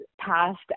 passed